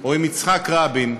או עם יצחק רבין,